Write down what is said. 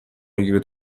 بگیره